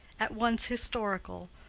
at once historical,